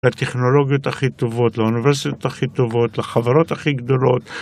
לטכנולוגיות הכי טובות, לאוניברסיטאות הכי טובות, לחברות הכי גדולות.